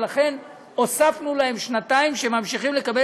ולכן הוספנו להם שנתיים שהם ממשיכים לקבל